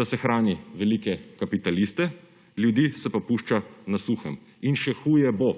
da se hrani velike kapitaliste, ljudi se pa pušča na suhem. In še huje bo.